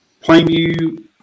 Plainview